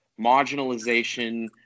marginalization